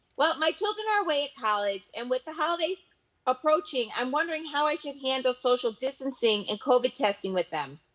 well, my children are way in college and with the holidays approaching i'm wondering how i should handle social distancing and covid testing with them.